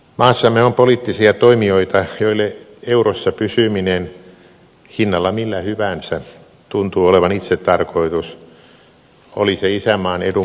maassamme on poliittisia toimijoita joille eurossa pysyminen hinnalla millä hyvänsä tuntuu olevan itsetarkoitus oli se isänmaan edun mukaista tai ei